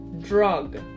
drug